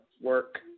work